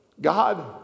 God